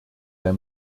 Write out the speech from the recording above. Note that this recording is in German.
der